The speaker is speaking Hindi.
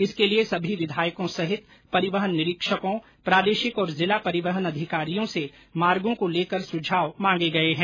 इसके लिए सभी विधायकों सहित परिवहन निरीक्षकों प्रादेशिक और जिला परिवहन अधिकारियों से मार्गो को लेकर सुझाव मांगे गये है